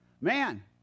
Man